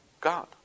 God